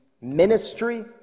ministry